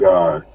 God